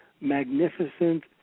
magnificent